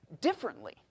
differently